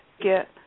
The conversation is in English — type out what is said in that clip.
get